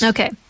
Okay